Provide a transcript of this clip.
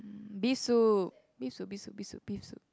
beef soup beef soup beef soup beef soup beef soup